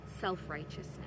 self-righteousness